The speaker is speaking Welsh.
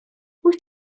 wyt